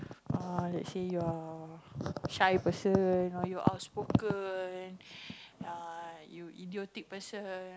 uh actually you are shy person are you outspoken err you idiotic person